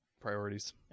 Priorities